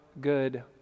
good